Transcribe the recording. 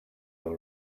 all